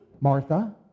Martha